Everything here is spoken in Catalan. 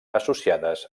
associades